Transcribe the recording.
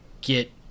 get